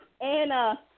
Anna